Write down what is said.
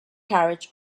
carriage